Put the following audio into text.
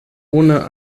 ohne